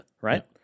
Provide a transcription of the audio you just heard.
right